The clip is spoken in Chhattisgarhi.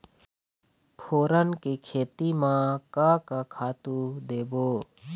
फोरन के खेती म का का खातू देबो?